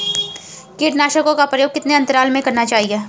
कीटनाशकों का प्रयोग कितने अंतराल में करना चाहिए?